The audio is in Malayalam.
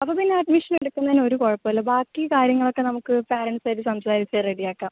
അപ്പം പിന്നെ അഡ്മിഷൻ എടുക്ക് ന്നേന് ഒര് കുഴപ്പം ഇല്ല ബാക്കി കാര്യങ്ങൾ ഒക്കെ നമ്മക്ക് പാരൻറ്റ്സ് ആയിട്ട് സംസാരിച്ച് റെഡി ആക്കാം